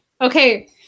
Okay